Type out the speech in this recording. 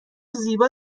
زیبا